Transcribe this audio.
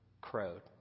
crowed